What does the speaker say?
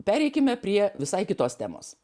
pereikime prie visai kitos temos